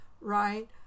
right